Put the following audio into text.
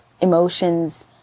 emotions